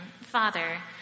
Father